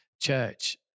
church